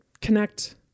connect